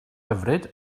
hyfryd